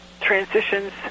transitions